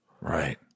right